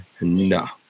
No